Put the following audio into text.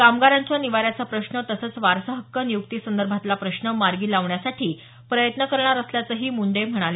कामगारांच्या निवाऱ्याचा प्रश्न तसंच वारसा हक्क नियुक्तीसंदर्भातला प्रश्न मार्गी लावण्यासाठी प्रयत्न करणार असल्याचं मुंडे म्हणाले